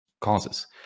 causes